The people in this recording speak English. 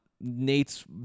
Nate's